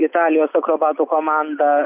italijos akrobatų komanda